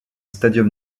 stadium